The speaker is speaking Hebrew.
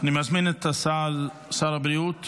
אני מזמין את שר הבריאות